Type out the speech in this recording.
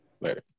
Later